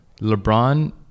lebron